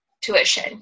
tuition